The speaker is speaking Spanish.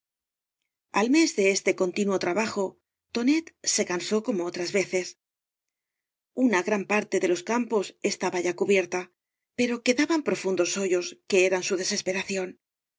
al mes de este continuo trabajo tonet se can eó como otras veces una gran parte de los campos estaba ya cubierta pero quedaban profundos hoyos que eran su desesperación